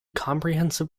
comprehensive